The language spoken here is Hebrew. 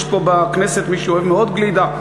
יש פה בכנסת מי שאוהב מאוד גלידה,